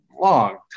long